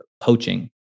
poaching